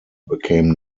became